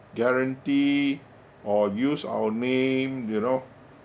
guarantee or use our name you know